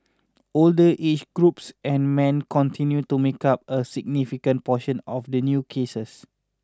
older aged groups and men continued to make up a significant proportion of the new cases